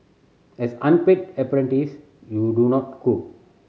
as unpaid apprentice you do not cook